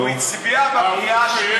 בוא אני אגיד לך מה הוא עשה.